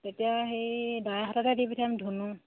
তেতিয়া সেই দাই হাততে দি পঠয়াম ধুনু